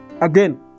again